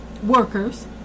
workers